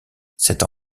cette